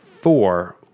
four